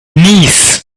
knees